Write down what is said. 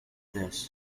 this